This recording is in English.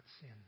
sin